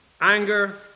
Anger